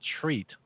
treat